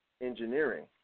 engineering